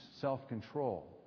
self-control